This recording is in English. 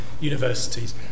universities